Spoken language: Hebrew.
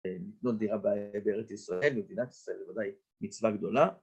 ‫לא מדינה בעברית ישראל, ‫מדינת ישראל זו בוודאי מצווה גדולה.